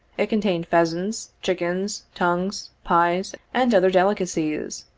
it contained pheasants, chickens, tongues, pies and other delicacies,